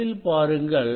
படத்தில் பாருங்கள்